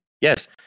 yes